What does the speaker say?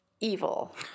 evil